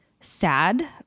sad